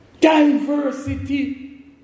diversity